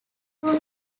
two